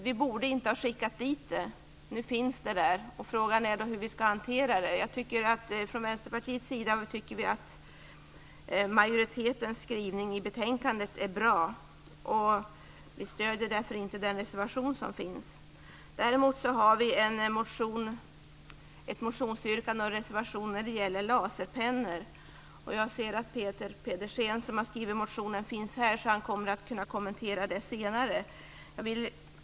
Vi borde inte ha skickat det dit. Nu finns det där. Frågan är hur vi ska hantera det. Vi från Vänsterpartiets sida tycker att majoritetens skrivning i betänkandet är bra. Vi stöder därför inte den reservation som finns. Däremot har vi ett motionsyrkande och en reservation om laserpennor. Jag ser att Peter Pedersen som skrivit motionen finns här, så han kommer att kunna kommentera den senare.